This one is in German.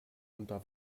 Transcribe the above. unter